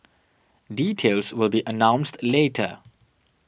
details will be announced later